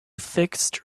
fixed